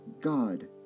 God